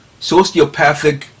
sociopathic